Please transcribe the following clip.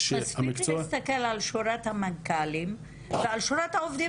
מספיק לי להסתכל על שורת המנכ"לים ועל שורת העובדים